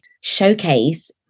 showcase